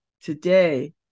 today